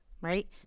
right